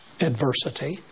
Adversity